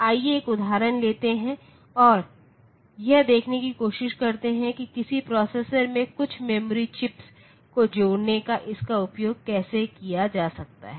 आइए एक उदाहरण लेते हैं और यह देखने की कोशिश करते हैं कि किसी प्रोसेसर से कुछ मेमोरी चिप्स को जोड़ने में इसका उपयोग कैसे किया जा सकता है